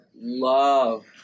love